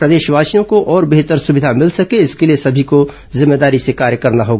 प्रदेशवासियों को और बेहतर सुविधा भिल सके इसके लिए सभी को जिम्मेदारी से कार्य करना होगा